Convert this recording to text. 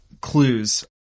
clues